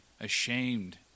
ashamed